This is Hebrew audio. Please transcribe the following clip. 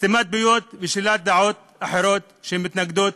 סתימת פיות ושלילת דעות אחרות שמתנגדות